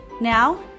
Now